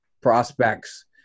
prospects